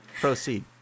Proceed